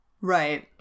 Right